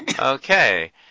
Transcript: Okay